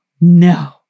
no